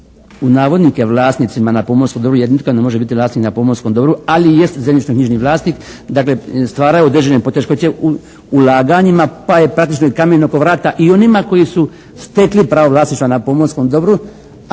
u navodnike, vlasnicima na pomorskom dobru jer nitko ne može biti vlasnik na pomorskom dobru, ali jest zemljišno-knjižni vlasnik, dakle stvaraju određene poteškoće u ulaganjima pa je praktično i kamen oko vrata i onima koji su stekli pravo vlasništva na pomorskom dobru,